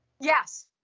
Yes